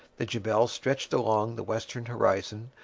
the jebel stretched along the western horizon,